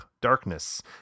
darkness